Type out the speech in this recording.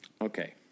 Okay